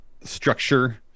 structure